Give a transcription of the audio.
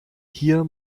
hier